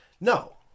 No